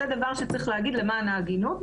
זה דבר שצריך להגיד למען ההגינות,